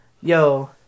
Yo